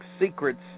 Secrets